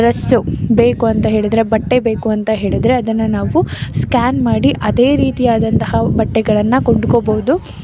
dress ಬೇಕು ಅಂತ ಹೇಳಿದರೆ ಬಟ್ಟೆ ಬೇಕು ಅಂತ ಹೇಳಿದರೆ ಅದನ್ನು ನಾವು ಸ್ಕ್ಯಾನ್ ಮಾಡಿ ಅದೇ ರೀತಿಯಾದಂತಹ ಬಟ್ಟೆಗಳನ್ನು ಕೊಂಡ್ಕೊಳ್ಬೌದು